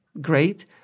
great